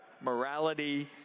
morality